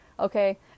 Okay